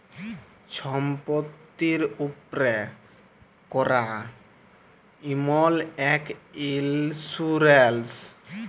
ছম্পত্তির উপ্রে ক্যরা ইমল ইক ইল্সুরেল্স